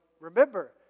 remember